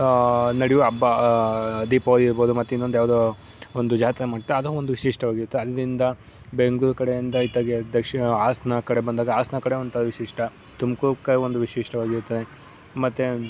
ನಡೆಯು ಹಬ್ಬ ದೀಪಾವಳಿ ಇರ್ಬೋದು ಮತ್ತು ಇನ್ನೊಂದು ಯಾವುದೋ ಒಂದು ಜಾತ್ರೆ ಮಾಡ್ತಾ ಅದು ಒಂದು ವಿಶಿಷ್ಟವಾಗಿರುತ್ತೆ ಅಲ್ಲಿಂದ ಬೆಂಗ್ಳೂರು ಕಡೆಯಿಂದ ಇತ್ಲಾಗೆ ದಕ್ಷಿಣ ಹಾಸನ ಕಡೆ ಬಂದಾಗ ಹಾಸನ ಕಡೆ ಒಂಥರ ವಿಶಿಷ್ಟ ತುಮ್ಕೂರು ಕ ಒಂದು ವಿಶಿಷ್ಟವಾಗಿರುತ್ತದೆ ಮತ್ತೆ